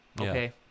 Okay